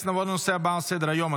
19 בעד, אפס מתנגדים.